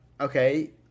Okay